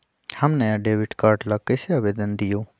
हम नया debit card ला कईसे आवेदन दिउ?